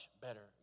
better